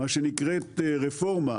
מה שנקרא רפורמה,